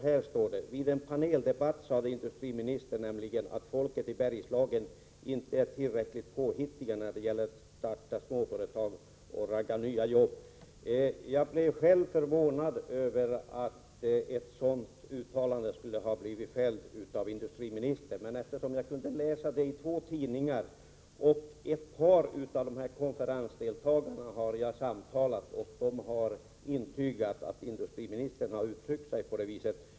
Där står det: ”Vid en paneldebatt sade industriministern nämligen att folket i Bergslagen inte är tillräckligt påhittiga när det gäller att starta småföretag och ragga nya jobb.” Jag blev själv förvånad över att ett sådant uttalande hade gjorts av industriministern. Men jag kunde läsa det i två tidningar. Jag har också talat med ett par av konferensdeltagarna, som har intygat att industriministern har uttryckt sig på detta sätt.